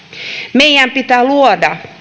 meidän pitää luoda